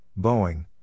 Boeing